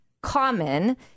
common